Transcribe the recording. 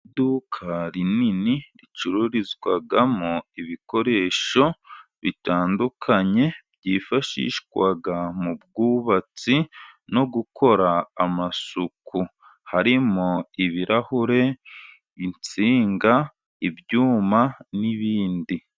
Iduka rinini ricururizwamo ibikoresho bitandukanye, byifashishwa mu bwubatsi no gukora amasuku. Harimo ibirahure, insinga, ibyuma n'ibindi.